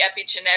epigenetic